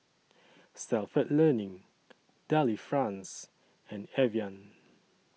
Stalford Learning Delifrance and Evian